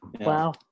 Wow